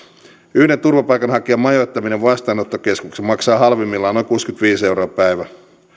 yhden turvapaikanhakijan majoittaminen vastaanottokeskukseen maksaa halvimmillaan noin kuusikymmentäviisi euroa päivässä